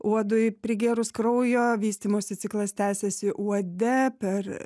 uodui prigėrus kraujo vystymosi ciklas tęsiasi uode per